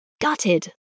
Gutted